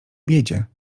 biedzie